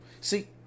See